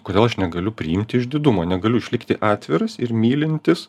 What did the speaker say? kodėl aš negaliu priimti išdidumo negaliu išlikti atviras ir mylintis